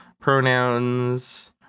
pronouns